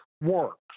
works